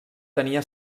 tenia